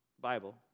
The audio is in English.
Bible